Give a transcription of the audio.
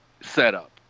setup